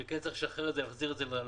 שכן צריך לשחרר את זה ולהחזיר את זה האוצר,